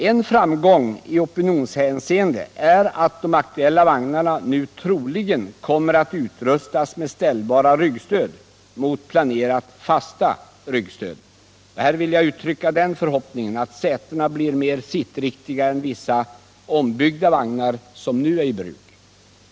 En framgång i opinionshänseende är att de aktuella vagnarna nu troligen kommer att utrustas med ställbara ryggstöd mot planerat fasta ryggstöd. Jag vill uttrycka förhoppningen att sätena blir mer sittriktiga än i vissa ombyggda vagnar som nu är i bruk.